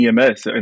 EMS